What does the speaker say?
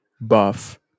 buff